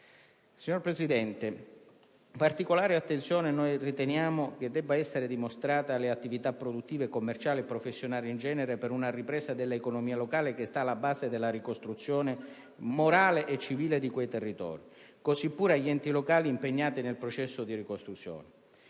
Signor Presidente, particolare attenzione noi riteniamo che debba essere dimostrata alle attività produttive, commerciali e professionali in genere per una ripresa dell'economia locale che sta alla base della ricostruzione morale e civile di quei territori, così pure agli enti locali impegnati nel processo di ricostruzione.